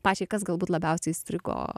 pačiai kas galbūt labiausiai įstrigo